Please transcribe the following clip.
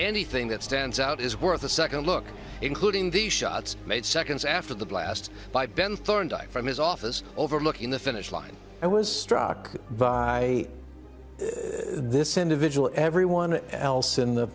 anything that stands out is worth a second look including the shots made seconds after the blast by ben thorndyke from his office overlooking the finish line i was struck by this individual everyone else in the